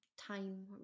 time